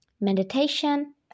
meditation